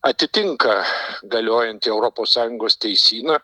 atitinka galiojantį europos sąjungos teisyną